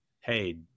Hey